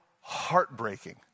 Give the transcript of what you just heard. heartbreaking